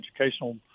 educational